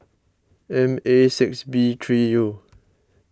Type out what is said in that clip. M A six B three U